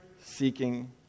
seeking